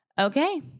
Okay